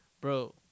Bro